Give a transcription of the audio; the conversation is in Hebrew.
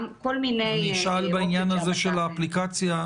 כל מיני --- אני אשאל בעניין הזה של האפליקציה,